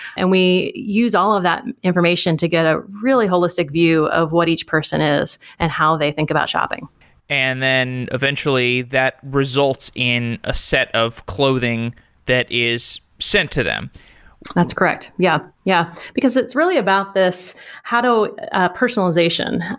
and we use all of that information to get a really holistic view of what each person is and how they think about shopping and then eventually, that results in a set of clothing that is sent to them that's correct. yeah. yeah because it's really about this how do ah personalization,